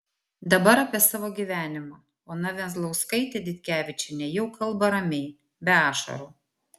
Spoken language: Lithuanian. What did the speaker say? dabar apie savo gyvenimą ona venzlauskaitė ditkevičienė jau kalba ramiai be ašarų